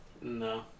No